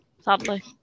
Sadly